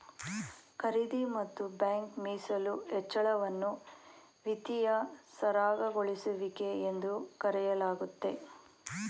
ಖರೀದಿ ಮತ್ತು ಬ್ಯಾಂಕ್ ಮೀಸಲು ಹೆಚ್ಚಳವನ್ನ ವಿತ್ತೀಯ ಸರಾಗಗೊಳಿಸುವಿಕೆ ಎಂದು ಕರೆಯಲಾಗುತ್ತೆ